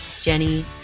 Jenny